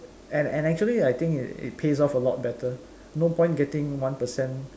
and and actually I think it it pays off a lot better no point getting one percent